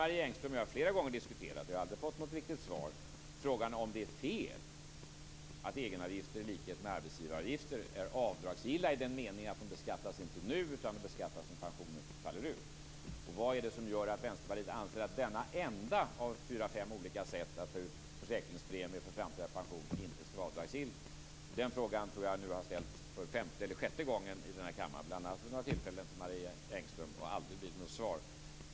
Marie Engström och jag har flera gånger diskuterat frågan om det är fel att egenavgifter, i likhet med arbetsgivaravgifter, är avdragsgilla i den meningen att de inte beskattas nu utan när pensionen faller ut. Jag har aldrig fått något riktigt svar på den frågan. Vad gör att Vänsterpartiet anser att denna enda avgift - det handlar om ett av fyra, fem olika sätt att ta ut försäkringspremier för framtida pension - inte skall vara avdragsgill? Jag tror att jag nu har ställt den frågan för femte eller sjätte gången i den här kammaren. Jag har bl.a. ställt den till Marie Engström vid några tillfällen. Jag har aldrig fått något svar.